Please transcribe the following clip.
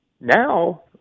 Now